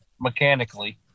Mechanically